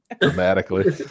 dramatically